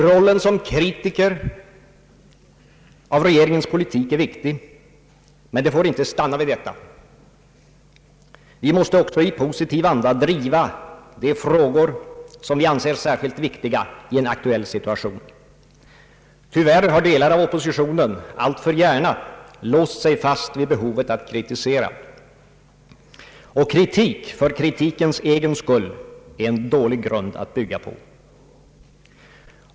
Rollen som kritiker av regeringens politik är viktig, men det får inte stanna därvid. Vi måste också i positiv anda driva de frågor som vi anser särskilt viktiga i en aktuell situation. Tyvärr har delar av oppositionen alltför gärna låst sig fast vid uppgiften att kritisera, och kritik för kritikens egen skull är en dålig grund att bygga på.